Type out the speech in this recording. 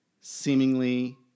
seemingly